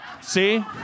See